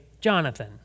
Jonathan